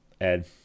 Ed